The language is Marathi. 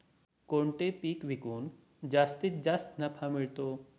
कोणते पीक विकून जास्तीत जास्त नफा मिळतो?